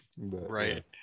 Right